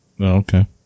okay